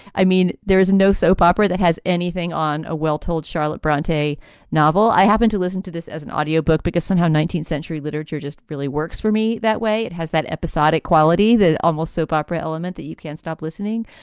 i mean, there is no soap opera that has anything on a well told charlotte bronte novel. i happened to listen to this as an audio book because somehow nineteenth century literature just really works for me that way. it has that episodic quality, the almost soap opera element that you can't stop listening.